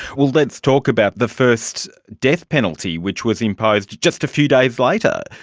well, let's talk about the first death penalty, which was imposed just a few days later.